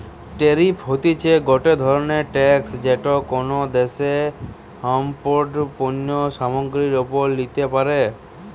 tariff হতিছে গটে ধরণের ট্যাক্স যেটি কোনো দ্যাশে ইমপোর্টেড পণ্য সামগ্রীর ওপরে লিতে পারে